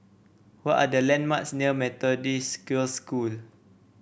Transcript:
what are the landmarks near Methodist Girls' School